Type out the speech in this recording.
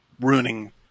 ruining